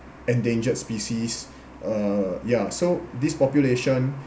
endangered species uh ya so this population